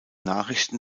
nachrichten